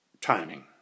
timing